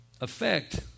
affect